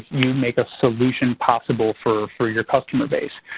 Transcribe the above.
you make a solution possible for for your customer base.